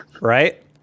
Right